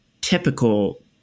typical